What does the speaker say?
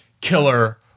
Killer